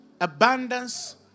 abundance